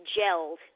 gelled